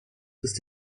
ist